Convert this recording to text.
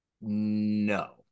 No